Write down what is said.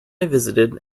visited